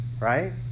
Right